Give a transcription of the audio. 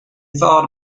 thought